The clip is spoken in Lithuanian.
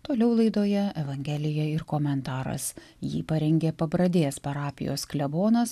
toliau laidoje evangelija ir komentaras jį parengė pabradės parapijos klebonas